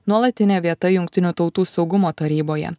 nuolatinė vieta jungtinių tautų saugumo taryboje